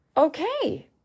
Okay